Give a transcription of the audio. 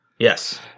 Yes